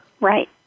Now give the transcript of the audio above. Right